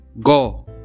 Go